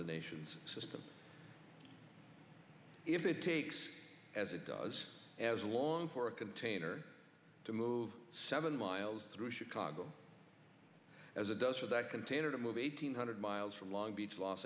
the nation's system if it takes as it does as long for a container to move seven miles through chicago as it does for that container to move eight hundred miles from long beach los